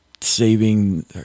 saving